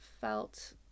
felt